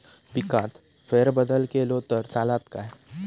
पिकात फेरबदल केलो तर चालत काय?